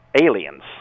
aliens